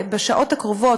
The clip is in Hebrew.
בשעות הקרובות,